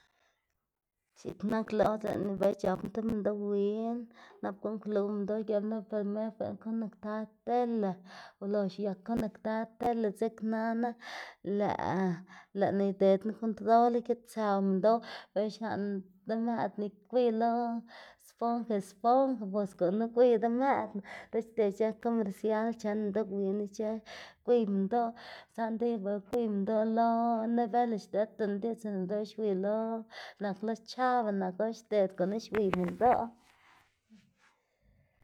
X̱iꞌn nak or lëꞌná be c̲h̲apná ti minndoꞌ win nap guꞌnnkluwná minndoꞌ gëpná lo minndoꞌ primer biꞌnn conectar tele, ulox uyak conectar tele dzeknana lëꞌ lëꞌná idedná control ikëtsëw minndoꞌ bela xlaꞌn demëꞌdná gwiy lo spon esponja bos gunu gwiy demëꞌdná diꞌt xded ic̲h̲ë comercial chen minndoꞌ win ic̲h̲ë gwiy minndoꞌ saꞌnde bela gwiy minndoꞌ lo novela xdedtaná diꞌdz sinda lëꞌ minndoꞌ xwiy lo nak lo chavo nak or xded gunu xwiy minndoꞌ.